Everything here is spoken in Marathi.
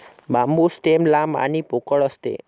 बांबू स्टेम लांब आणि पोकळ असते